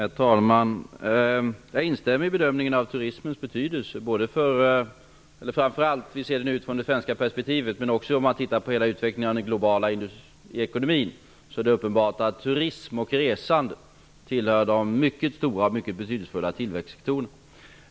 Herr talman! Jag instämmer i bedömningen av turismens betydelse framför allt i det svenska perspektivet men också i ljuset av utvecklingen i den globala ekonomin. Det är uppenbart att turism och resande tillhör de mycket stora och betydelsefulla tillväxtsektorerna.